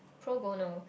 pro bono